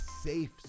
safe